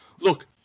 look